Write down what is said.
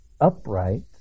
upright